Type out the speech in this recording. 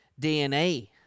DNA